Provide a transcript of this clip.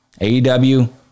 AEW